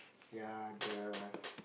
ya the